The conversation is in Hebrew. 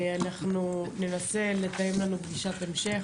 אנחנו ננסה לתאם לנו פגישת המשך.